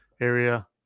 area